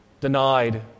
denied